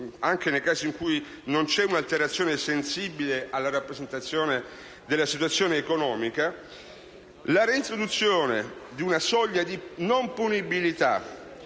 anche nei casi in cui non c'è un'alterazione sensibile alla rappresentazione della situazione economica, la reintroduzione di una soglia di non punibilità,